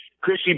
Chrissy